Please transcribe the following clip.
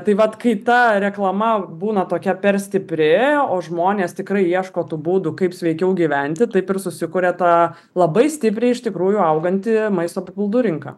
tai vat kai ta reklama būna tokia per stipri o žmonės tikrai ieško tų būdų kaip sveikiau gyventi taip ir susikuria ta labai stipriai iš tikrųjų auganti maisto papildų rinka